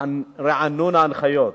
רענון ההנחיות.